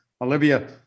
Olivia